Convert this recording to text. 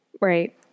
right